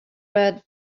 were